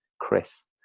Chris